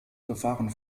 befahren